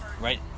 Right